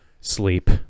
sleep